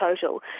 total